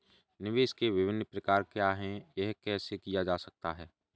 निवेश के विभिन्न प्रकार क्या हैं यह कैसे किया जा सकता है?